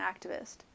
activist